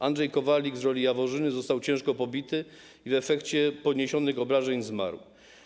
Andrzej Kowalik z roli Jaworzyny został ciężko pobity i w efekcie poniesionych obrażeń zmarł.